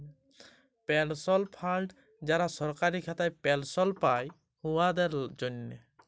পেলশল fund যারা সরকারি খাতায় পেলশল পায়, উয়াদের জ্যনহে